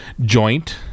joint